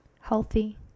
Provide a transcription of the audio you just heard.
healthy